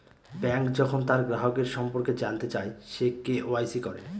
bank যখন তার গ্রাহকের সম্পর্কে জানতে চায়, সে কে.ওয়া.ইসি করে